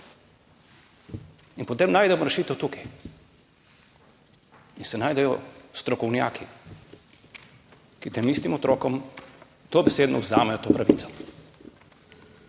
Potem najdemo tukaj rešitev in se najdejo strokovnjaki, ki tem istim otrokom dobesedno vzamejo to pravico.